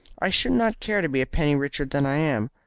i should not care to be a penny richer than i am.